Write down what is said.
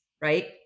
right